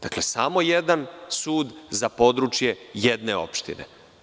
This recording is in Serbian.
Dakle, samo jedan sud za područje jedne opštine.